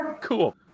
cool